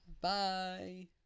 Bye